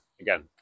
again